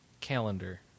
calendar